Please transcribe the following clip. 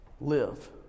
live